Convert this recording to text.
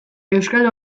euskal